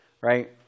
right